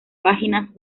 páginas